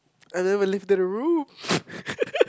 I never leave the room